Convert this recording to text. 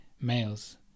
males